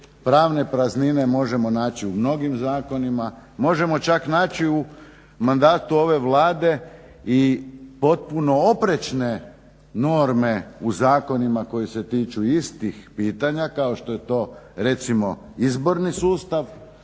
pravne praznine možemo naći u mnogim zakonima, možemo čak naći u mandatu ove Vlade i potpuno oprečne norme u zakonima koji se tiču istih pitanja, kao što je to recimo izborni sustav,